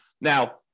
Now